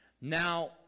Now